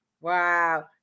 Wow